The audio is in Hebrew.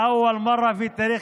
אני לא